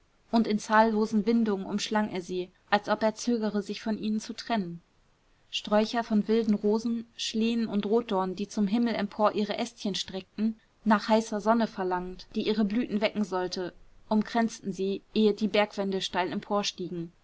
und in zahllosen windungen umschlang er sie als ob er zögere sich von ihnen zu trennen sträucher von wilden rosen schlehen und rotdorn die zum himmel empor ihre ästchen streckten nach heißer sonne verlangend die ihre blüten wecken sollte umkränzten sie ehe die bergwände steil